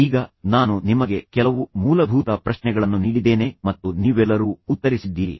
ಈಗ ನಾನು ನಿಮಗೆ ಕೆಲವು ಮೂಲಭೂತ ಪ್ರಶ್ನೆಗಳನ್ನು ನೀಡಿದ್ದೇನೆ ಮತ್ತು ನೀವೆಲ್ಲರೂ ಉತ್ತರಿಸಿದ್ದೀರಿ